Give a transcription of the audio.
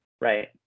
Right